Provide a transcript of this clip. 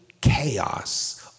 chaos